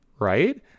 Right